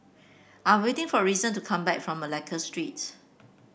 I'm waiting for Reason to come back from Malacca Street